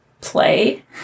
play